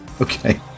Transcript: Okay